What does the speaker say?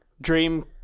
Dream